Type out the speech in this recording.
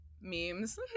memes